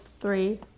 three